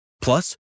plus